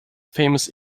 famous